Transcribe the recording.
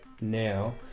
now